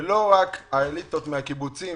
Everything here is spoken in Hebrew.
ולא רק האליטות מהקיבוצים